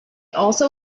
also